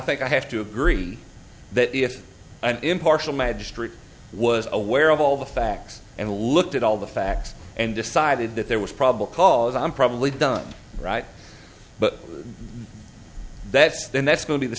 think i have to agree that if an impartial magistrate was aware of all the facts and looked at all the facts and decided that there was probable cause i'm probably done right but that's then that's going to be the